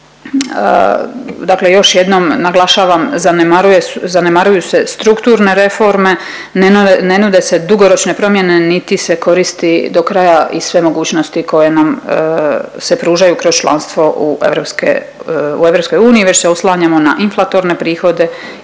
Dakle, još jednom naglašavam zanemaruju se strukturne reforme, ne nude se dugoročne promjene niti se koristi do kraja i sve mogućnosti koje nam se pružaju kroz članstvo u EU već se oslanjamo na inflatorne prihode